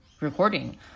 recording